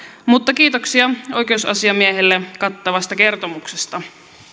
mutta kiitoksia oikeusasiamiehelle kattavasta kertomuksesta